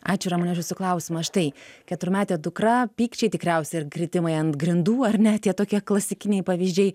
ačiū ramune už jūsų klausimą štai keturmetė dukra pykčiai tikriausiai ir kritimai ant grindų ar ne tie tokie klasikiniai pavyzdžiai